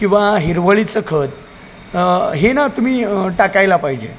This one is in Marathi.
किंवा हिरवळीचं खत हे न तुम्ही टाकायला पाहिजे